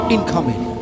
Incoming